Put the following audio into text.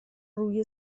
روی